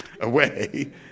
away